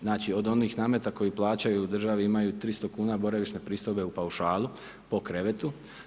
Znači od onih nameta koji plaćaju državi, imaju 300 kn, boravišne pristojbe u paušalu, po krevetu.